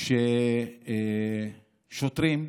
של שוטרים,